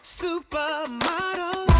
supermodel